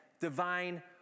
divine